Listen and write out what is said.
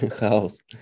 house